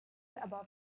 above